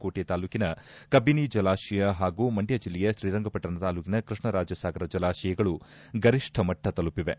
ಕೋಟೆ ತಾಲ್ಲೂಕಿನ ಕಬಿನಿ ಜಲಾಶಯ ಹಾಗೂ ಮಂಡ್ಕ ಜಲ್ಲೆಯ ಶ್ರೀರಂಗಪಟ್ಟಣ ತಾಲ್ಲೂಕಿನ ಕೃಷ್ಣರಾಜಸಾಗರ ಜಲಾಶಯಗಳು ಗರಿಷ್ಠಮಟ್ಟ ತಲುಪಿವೆ